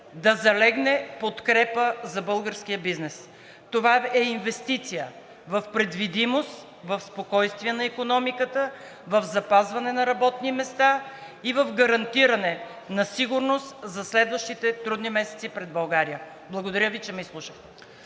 да залегне подкрепа за българския бизнес. Това е инвестиция в предвидимост, в спокойствие на икономиката, в запазване на работни места и в гарантиране на сигурност за следващите трудни месеци пред България. Благодаря Ви, че ме изслушахте.